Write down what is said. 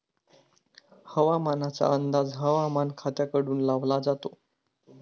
हवामानाचा अंदाज हवामान खात्याकडून लावला जातो